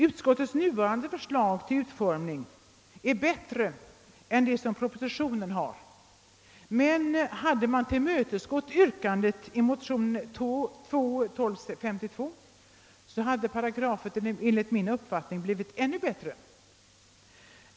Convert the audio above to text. Utskottets förslag till utformning är bättre än det som föreslås i propositionen, men om man hade tillmötesgått yrkandet i motionen II: 1252 hade paragrafen enligt min uppfattning blivit ännu bättre.